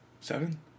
Seven